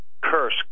curse